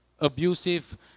abusive